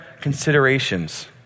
considerations